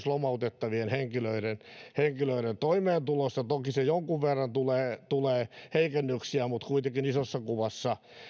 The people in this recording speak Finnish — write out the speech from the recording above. lomautettavien henkilöiden henkilöiden toimeentulosta toki jonkun verran tulee tulee heikennyksiä mutta kuitenkin isossa kuvassa